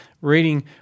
reading